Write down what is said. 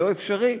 לא אפשרי,